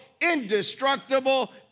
indestructible